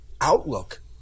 outlook